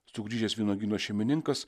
sugrįžęs vynuogyno šeimininkas